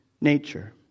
nature